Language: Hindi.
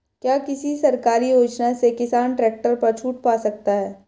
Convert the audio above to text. क्या किसी सरकारी योजना से किसान ट्रैक्टर पर छूट पा सकता है?